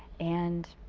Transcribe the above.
and